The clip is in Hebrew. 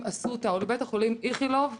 אסותא או לבית החולים איכילוב במס'